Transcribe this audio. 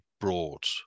brought